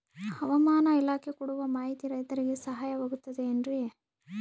ಹವಮಾನ ಇಲಾಖೆ ಕೊಡುವ ಮಾಹಿತಿ ರೈತರಿಗೆ ಸಹಾಯವಾಗುತ್ತದೆ ಏನ್ರಿ?